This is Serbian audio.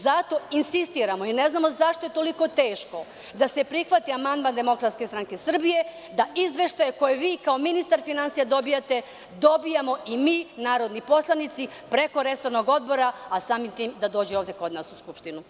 Zato insistiramo, i ne znamo zašto je toliko teško da se prihvati amandman DSS, da izveštaje koje vi kao ministar finansija dobijate dobijemo i mi, narodni poslanici, preko resornog odbora, a samim tim i da dođe u Skupštinu.